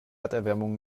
erderwärmung